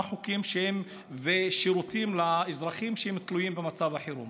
חוקים ושירותים לאזרחים שתלויים במצב החירום.